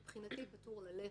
מבחינתי פטור ללכת.